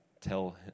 tell